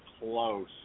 close